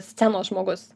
scenos žmogus